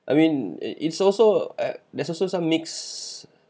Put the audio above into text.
I mean it it's also uh there's also some mix